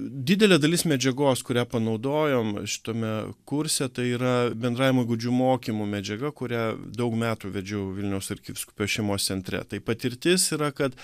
didelė dalis medžiagos kurią panaudojom šitame kurse tai yra bendravimo įgūdžių mokymų medžiaga kurią daug metų vedžiau vilniaus arkivyskupijos šeimos centre tai patirtis yra kad